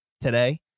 today